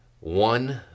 one